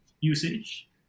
usage